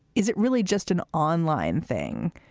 is it really just an online thing?